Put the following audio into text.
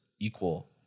equal